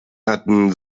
hatten